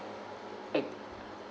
eh